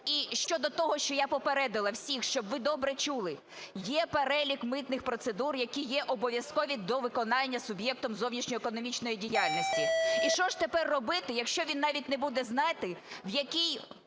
І щодо того, що я попередила всіх, щоб ви добре чули, є перелік митних процедур, які є обов'язкові до виконання суб'єктом зовнішньоекономічної діяльності. І що ж тепер робити, якщо він навіть не буде знати, в якій